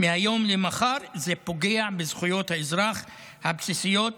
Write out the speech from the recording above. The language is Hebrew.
מהיום למחר, זה פוגע בזכויות האזרח הבסיסיות,